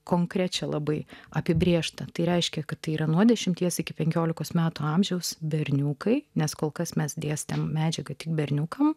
konkrečia labai apibrėžta tai reiškia kad tai yra nuo dešimties iki penkiolikos metų amžiaus berniukai nes kol kas mes dėstėme medžiagą tik berniukams